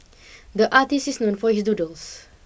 the artist is known for his doodles